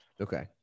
Okay